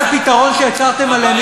מספר סיפורים וחלומות על היותו,